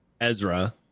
Ezra